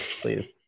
please